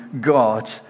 God